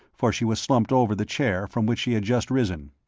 for she was slumped over the chair from which she had just risen.